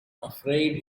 afraid